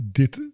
dit